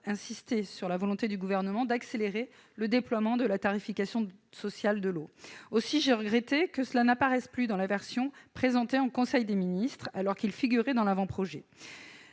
insistait sur la volonté du Gouvernement d'accélérer le déploiement de la tarification sociale de l'eau. J'ai donc regretté qu'elle n'apparaisse plus dans la version présentée en conseil des ministres, alors qu'elle figurait dans l'avant-projet.